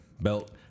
belt